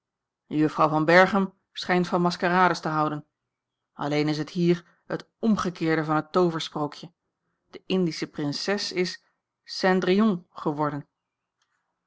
juffrouw van berchem schijnt van maskerades te houden alleen is het hier het omgekeerde van het tooversprookje de indische prinses is cendrillon geworden